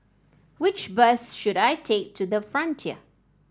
which bus should I take to the Frontier